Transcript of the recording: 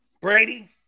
Brady